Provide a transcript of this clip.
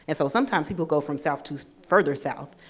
and so sometimes, people go from south to further south,